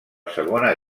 segona